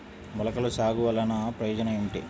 మొలకల సాగు వలన ప్రయోజనం ఏమిటీ?